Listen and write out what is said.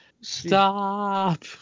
Stop